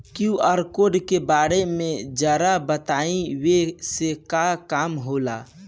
QR code के बारे में जरा बताई वो से का काम होला?